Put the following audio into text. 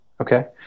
Okay